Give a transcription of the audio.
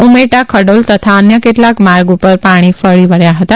ઉમેટા ખડોલ તથા અન્ય કેટલાંક માર્ગ ઉપર પાણી ફરી વળ્યા હતા